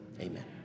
Amen